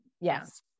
yes